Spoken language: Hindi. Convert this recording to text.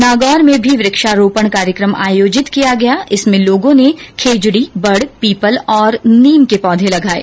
नागौर में भी वृक्षारोपण कार्यकम आयोजित किया गया इसमें लोगों ने खेजडी बड़ पीपल और नीम के पौधे लगाये